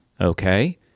Okay